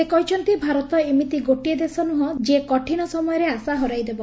ସେ କହିଛନ୍ତି ଭାରତ ଏମିତି ଗୋଟିଏ ଦେଶ ନୁହଁ ଯିଏ କଠିନ ସମୟରେ ଆଶା ହରାଇ ଦେବ